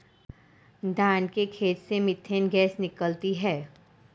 धान के खेत से मीथेन गैस निकलती है